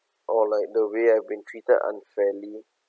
or like the way I've been treated unfairly